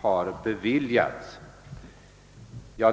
har beviljats i något fall.